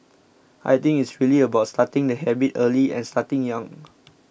I think it's really about starting the habit early and starting young